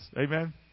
Amen